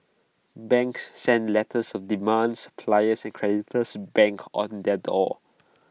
banks sent letters of demand suppliers and creditors banged on their door